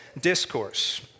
Discourse